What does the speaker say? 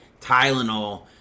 Tylenol